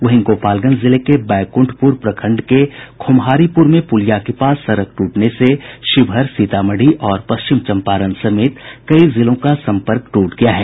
वहीं गोपालगंज जिले के बैकुंठपुर प्रखंड के खोमहारीपुर में पुलिया के पास सड़क टूटने से शिवहर सीतामढ़ी और पश्चिम चम्पारण समेत कई जिलों का सम्पर्क टूट गया है